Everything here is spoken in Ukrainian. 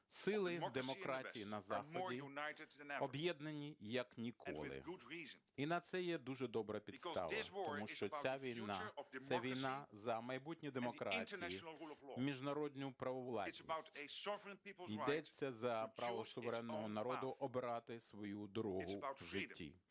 Сили демократії на Заході об'єднані як ніколи. І на це є дуже добра підстава. Тому що ця війна – це війна за майбутнє демократії, міжнародну правовладність. Йдеться за право суверенного народу обирати свою дорогу в житті.